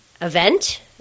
event